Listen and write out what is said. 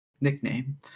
nickname